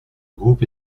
groupe